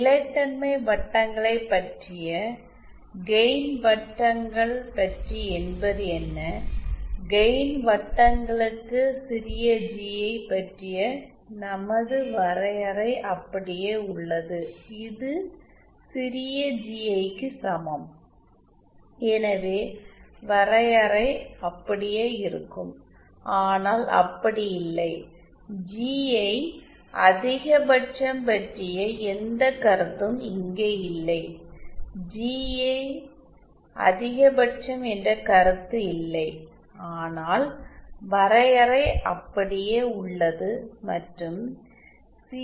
நிலைத்தன்மை வட்டங்களைப் பற்றிய கெயின் வட்டங்கள் பற்றி என்பது என்ன கெயின் வட்டங்களுக்கு சிறிய ஜிஐ பற்றிய நமது வரையறை அப்படியே உள்ளது இது சிறிய ஜிஐ க்கு சமம் எனவே வரையறை அப்படியே இருக்கும் ஆனால் அப்படி இல்லை ஜிஐ அதிகபட்சம் பற்றிய எந்த கருத்தும் இங்கே இல்லை ஜிஐ அதிகபட்சம் என்ற கருத்து இல்லை ஆனால் வரையறை அப்படியே உள்ளது மற்றும் சி